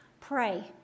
Pray